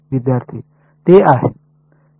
विद्यार्थी ते आहे